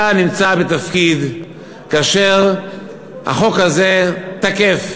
אתה נמצא בתפקיד כאשר החוק הזה תקף,